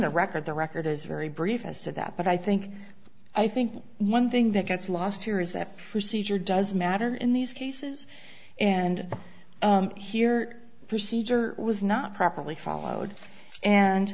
the record the record is very brief as to that but i think i think one thing that gets lost here is that procedure does matter in these cases and here for seizure was not properly followed and